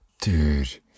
Dude